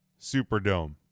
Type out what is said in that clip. superdome